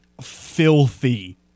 filthy